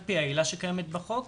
על פי העילה שקיימת בחוק